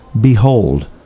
behold